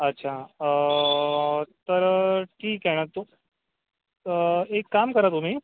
अच्छा तर ठीक आहे तो एक काम करा तुम्ही